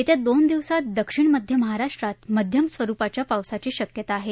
येत्या दोन दिवसात दक्षिण मध्य महाराष्ट्रात मध्यम स्वरुपाच्या पावसाची शक्यता आहे